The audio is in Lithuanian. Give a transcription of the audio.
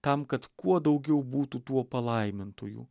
tam kad kuo daugiau būtų tuo palaimintųjų